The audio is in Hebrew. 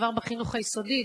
כבר בחינוך היסודי,